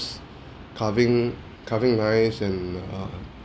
carving carving knives and uh